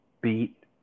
beat